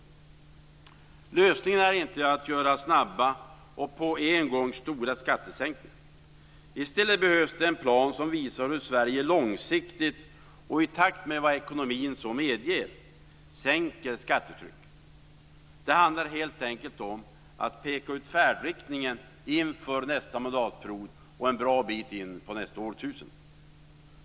Lösningen är inte att göra snabba och på en gång stora skattesänkningar. I stället behövs det en plan som visar hur Sverige långsiktigt och i takt med vad ekonomin medger sänker skattetrycket. Det handlar helt enkelt om att peka ut färdriktningen inför nästa mandatperiod och en bra bit in på nästa årtusende.